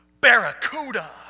Barracuda